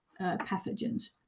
pathogens